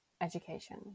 education